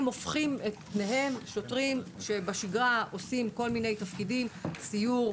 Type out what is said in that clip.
הם הופכים את פניהם: שוטרים שבשגרה עושים כל מיני תפקידים סיור,